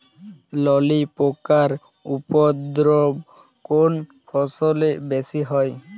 ললি পোকার উপদ্রব কোন ফসলে বেশি হয়?